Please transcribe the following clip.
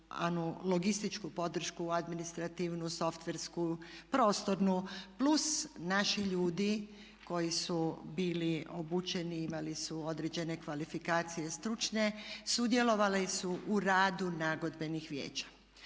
anulogističku podršku administrativnu, softversku, prostornu plus naši ljudi koji su bili obučeni, imali su određene kvalifikacije stručne, sudjelovali su u radu nagodbenih vijeća.